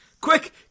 Quick